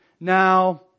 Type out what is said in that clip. Now